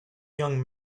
young